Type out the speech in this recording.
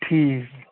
ٹھیٖک